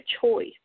choice